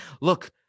look